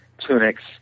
tunics